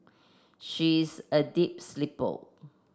she is a deep sleeper